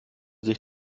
sich